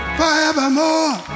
forevermore